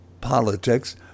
politics